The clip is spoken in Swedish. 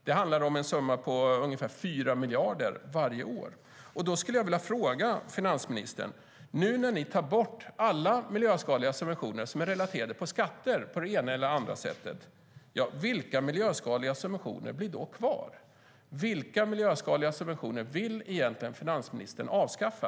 Det handlar om en summa på ungefär 4 miljarder varje år. Jag vill ställa en fråga till finansministern. Ni tar nu bort alla miljöskadliga subventioner som på det ena eller det andra sättet är relaterade till skatter. Vilka miljöskadliga subventioner blir då kvar? Vilka miljöskadliga subventioner vill finansministern avskaffa?